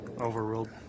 Overruled